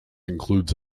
includes